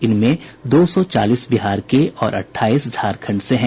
इनमें दो सौ चालीस बिहार के और अठाईस झारखंड से हैं